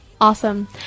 Awesome